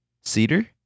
Cedar